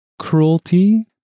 cruelty